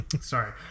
Sorry